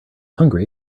hungry